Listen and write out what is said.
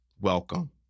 welcome